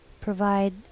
provide